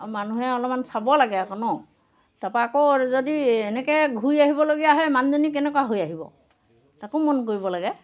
মানুহে অলপমান চাব লাগে আকৌ ন তাৰপৰা আকৌ যদি এনেকৈ ঘূৰি আহিবলগীয়া হয় মানুহজনী কেনেকুৱা হৈ আহিব তাকো মন কৰিব লাগে